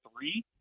three